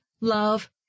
love